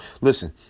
Listen